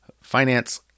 finance